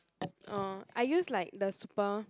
orh I use like the super